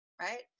right